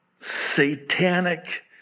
satanic